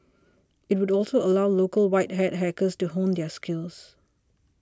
it would also allow local white hat hackers to hone their skills